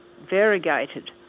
variegated